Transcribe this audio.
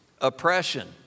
oppression